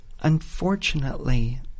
Unfortunately